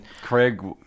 craig